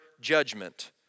judgment